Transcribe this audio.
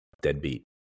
Deadbeat